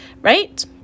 right